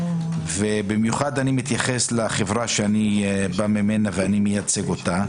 ובמיוחד אני מתייחס לחברה שאני בא ממנה ואני מייצג אותה,